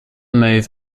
move